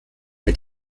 mit